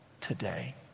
today